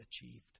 achieved